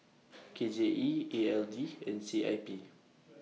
K J E E L D and C I P